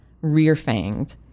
rear-fanged